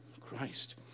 Christ